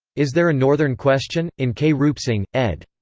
is there a northern question? in k. rupesinghe, ed.